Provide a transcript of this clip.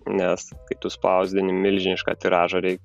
nes kai tu spausdini milžinišką tiražą reikia